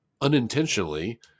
unintentionally